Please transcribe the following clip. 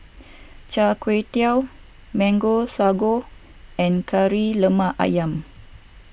Chai Kuay Tow Mango Sago and Kari Lemak Ayam